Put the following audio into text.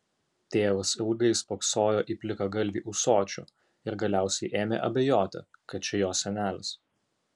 tėvas ilgai spoksojo į plikagalvį ūsočių ir galiausiai ėmė abejoti kad čia jo senelis